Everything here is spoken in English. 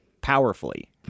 powerfully